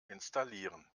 installieren